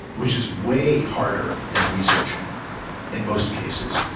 which is way harder than researching in most cases.